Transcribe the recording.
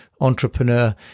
entrepreneur